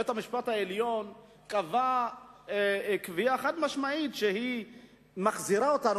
בית-המשפט העליון קבע קביעה חד-משמעית שמחזירה אותנו,